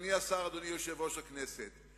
אדוני השר ואדוני יושב-ראש הכנסת,